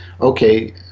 okay